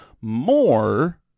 more